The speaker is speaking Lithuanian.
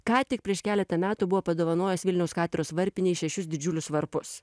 ką tik prieš keletą metų buvo padovanojęs vilniaus katedros varpinei šešius didžiulius varpus